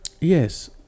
Yes